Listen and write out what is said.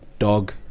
dog